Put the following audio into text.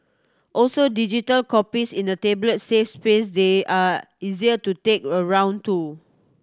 also digital copies in a tablet save space they are easier to take around too